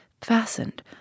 fastened